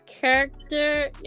character